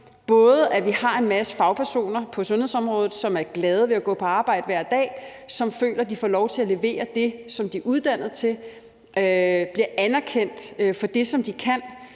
både at vi har en masse fagpersoner på sundhedsområdet, som er glade ved at gå på arbejde hver dag, og som føler, de får lov til at levere det, som de er uddannet til, og bliver anerkendt for det, som de kan,